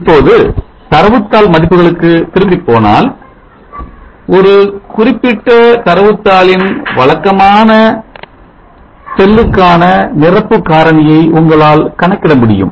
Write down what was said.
இப்பொழுது தரவுத்தாள் மதிப்புகளுக்கு திரும்பிப் போனால் ஒரு குறிப்பிட்ட தரவுத்தாளின் வழக்கமான செல்லுக்கான நிரப்பு காரணியை உங்களால் கணக்கிட முடியும்